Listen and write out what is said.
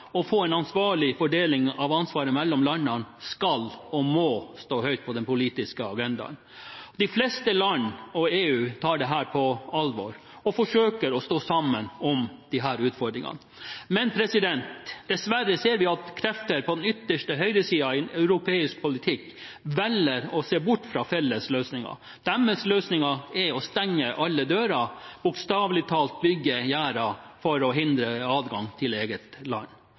og få en ansvarlig fordeling av ansvaret mellom landene, skal og må stå høyt på den politiske agendaen. De fleste land og EU tar dette på alvor og forsøker å stå sammen om disse utfordringene, men dessverre ser vi at krefter på den ytterste høyresiden i europeisk politikk velger å se bort fra fellesløsninger. Deres løsninger er å stenge alle dører og bokstavelig talt bygge gjerder for å hindre adgang til eget land.